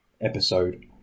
episode